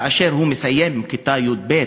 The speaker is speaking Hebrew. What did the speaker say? כאשר הוא מסיים כיתה י"ב,